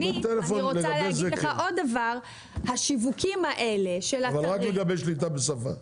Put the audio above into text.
בטלפון לגבי זה כן, אבל רק לגבי שליטה בשפה.